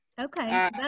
Okay